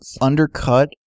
undercut